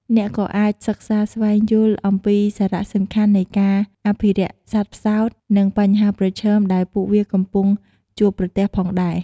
អ្នកក៏អាចសិក្សាស្វែងយល់អំពីសារៈសំខាន់នៃការអភិរក្សសត្វផ្សោត និងបញ្ហាប្រឈមដែលពួកវាកំពុងជួបប្រទះផងដែរ ។